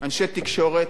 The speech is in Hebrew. אנשי תקשורת,